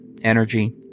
energy